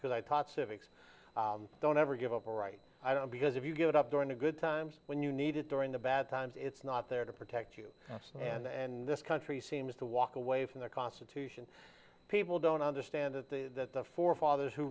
because i taught civics don't ever give up all right i don't because if you get up during the good times when you needed during the bad times it's not there to protect you and and this country seems to walk away from the constitution people don't understand that the forefathers who